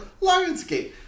Lionsgate